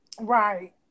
Right